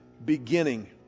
beginning